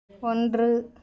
ஒன்று